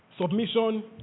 Submission